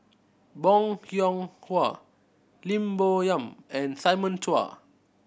Bong Hiong Hwa Lim Bo Yam and Simon Chua